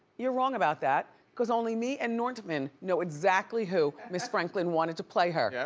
you're wrong about that. cause only me and nortman know exactly who miss franklin wanted to play her. yeah